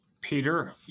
Peter